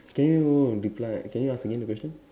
can you reply can you ask again the question